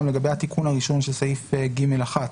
לגבי התיקון הראשון של סעיף (ג)(1).